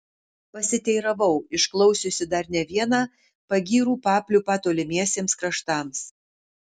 pasiteiravau išklausiusi dar ne vieną pagyrų papliūpą tolimiesiems kraštams